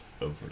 over